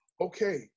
Okay